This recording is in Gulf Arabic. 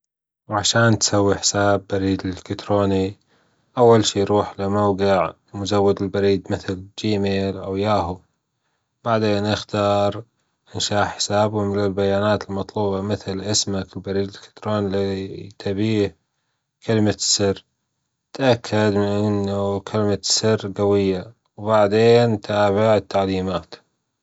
عشان تسوي حساب بريد إلكتروني، أول شي روح لموجع مزود البريد مثل جيميل أو ياهو، بعدين إختار إنشاء حساب واملأ لبيانات المطلوبة مثل اسمك، وبريد الكترون اللي تبيه، كلمة السر، تأكد من أنه كلمة السر جوية بعدين تابع التعليمات.